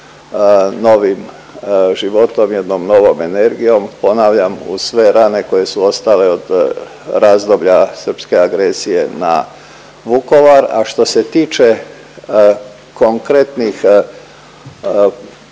novim životom, jednom novom energijom, ponavljam uz sve rane koje su ostale od razdoblja srpske agresije na Vukovar. A što se tiče konkretnih